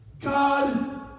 god